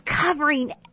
covering